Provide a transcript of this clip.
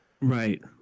right